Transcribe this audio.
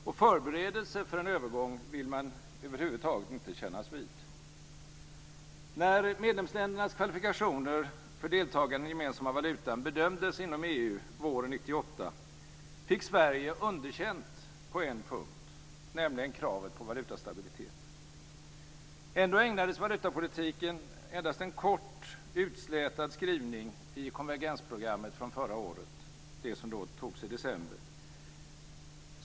Och förberedelser för en övergång vill de över huvud taget inte kännas vid. EU våren 1998, fick Sverige underkänt på en punkt, nämligen kravet på valutastabilitet. Ändå ägnades valutapolitiken endast en kort, utslätad skrivning i konvergensprogrammet från förra året, det som antogs i december.